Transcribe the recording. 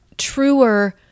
truer